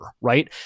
right